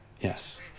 Yes